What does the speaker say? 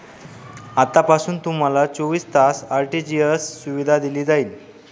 आतापासून तुम्हाला चोवीस तास आर.टी.जी.एस सुविधा दिली जाईल